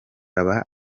baba